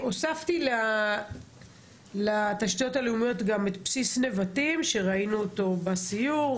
הוספתי לתשתיות הלאומיות גם את בסיס נבטים שראינו אותו בסיור,